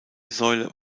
säule